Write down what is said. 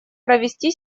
провести